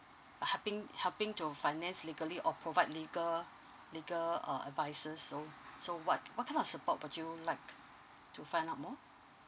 helping helping to finance legally or provide legal legal uh advises so so what what kind of support would you like to find out more